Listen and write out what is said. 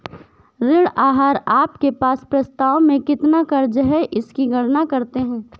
ऋण आहार आपके पास वास्तव में कितना क़र्ज़ है इसकी गणना करते है